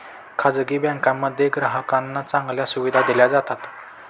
खासगी बँकांमध्ये ग्राहकांना चांगल्या सुविधा दिल्या जातात